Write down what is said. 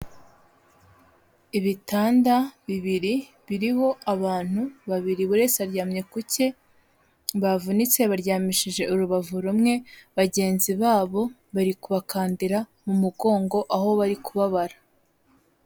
Ibitanda bibiri biriho abantu babiri, buri wese aryamye ku cye, bavunitse baryamishije urubavu rumwe, bagenzi babo bari kubakandira mu mugongo aho bari kubabara.